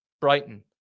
Brighton